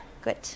good